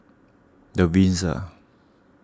the Windsor